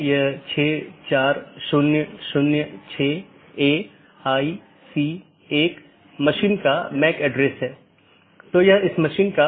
और यह बैकबोन क्षेत्र या बैकबोन राउटर इन संपूर्ण ऑटॉनमस सिस्टमों के बारे में जानकारी इकट्ठा करता है